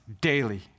daily